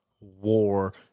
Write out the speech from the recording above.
war